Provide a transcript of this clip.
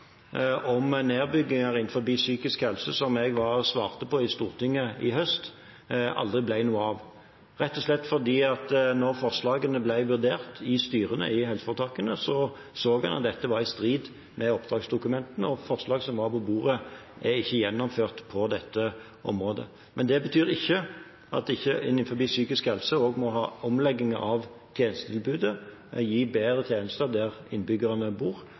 om nedbygginger innenfor psykisk helse som jeg svarte på i Stortinget i høst, aldri ble noe av, rett og slett fordi en så, da forslagene ble vurdert i styrene i helseforetakene, at dette var i strid med oppdragsdokumentene. Så forslag som var på bordet, er ikke gjennomført på dette området. Men det betyr ikke at en ikke innenfor psykisk helse også må ha omlegginger av tjenestetilbudet og gi bedre tjenester der innbyggerne bor.